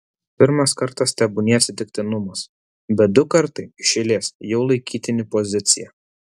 pirmas kartas tebūnie atsitiktinumas bet du kartai iš eilės jau laikytini pozicija